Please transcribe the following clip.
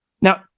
Now